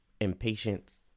Impatience